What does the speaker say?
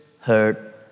heard